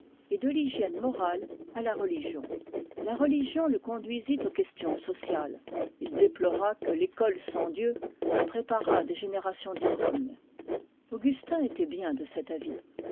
et de l'hygiène morale à la religion la religion le conduisit aux questions sociales il déplora que l'école sans dieu préparât des générations d'ivrognes augustin était bien de cet avis